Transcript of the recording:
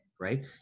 right